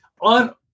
on